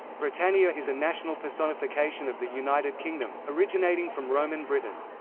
britannia is a national personification of the united kingdom, originating from roman britain.